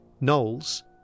Knowles